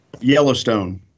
Yellowstone